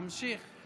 תמשיך.